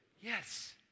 Yes